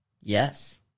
Yes